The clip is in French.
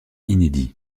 inédit